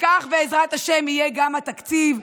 וכך בעזרת השם יהיה גם התקציב,